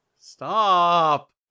Stop